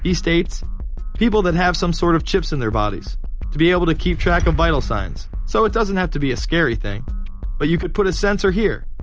states people that have some sort of chips in their bodies to be able to keep track of vital signs, so it doesn't have to be a scary thing. but you could put a sensor here,